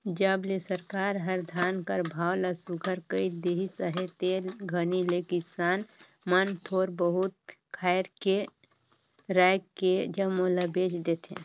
जब ले सरकार हर धान कर भाव ल सुग्घर कइर देहिस अहे ते घनी ले किसान मन थोर बहुत राएख के जम्मो ल बेच देथे